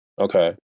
Okay